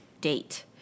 date